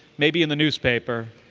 maybe in the newspaper,